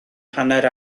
hanner